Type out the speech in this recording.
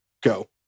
go